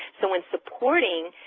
so when supporting